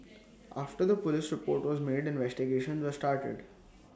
after the Police report was made investigations were started